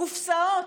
קופסאות.